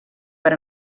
per